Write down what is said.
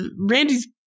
Randy's